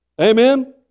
Amen